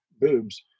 boobs